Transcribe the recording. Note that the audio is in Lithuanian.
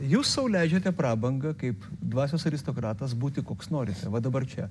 jūs sau leidžiate prabangą kaip dvasios aristokratas būti koks norite va dabar čia